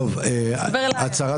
הצהרת